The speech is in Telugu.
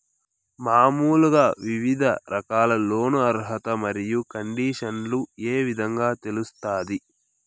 మామూలుగా వివిధ రకాల లోను అర్హత మరియు కండిషన్లు ఏ విధంగా తెలుస్తాది?